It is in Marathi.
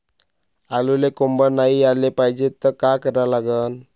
आलूले कोंब नाई याले पायजे त का करा लागन?